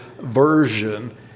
version